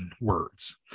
words